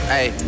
Hey